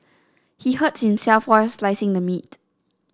he hurt himself while slicing the meat